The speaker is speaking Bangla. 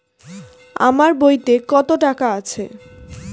আমার বইতে কত টাকা আছে?